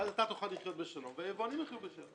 ואז תוכל לחיות בשלום, והיבואנים יחיו בשלום.